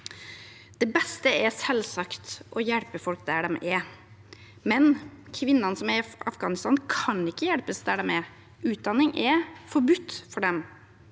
Det beste er selvsagt å hjelpe folk der de er, men kvinnene som er i Afghanistan, kan ikke hjelpes der de er. Utdanning er forbudt for dem.